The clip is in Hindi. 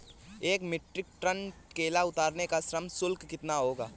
एक मीट्रिक टन केला उतारने का श्रम शुल्क कितना होगा?